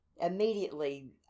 immediately